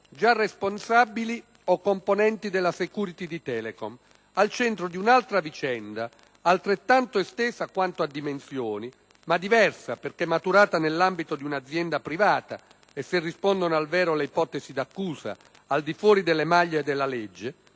già responsabili o componenti della *security* di Telecom, al centro di un'altra vicenda altrettanto estesa quanto a dimensioni ma diversa perché maturata nell'ambito di un'azienda privata e, se rispondono al vero le ipotesi di accusa, di fuori delle maglie della legge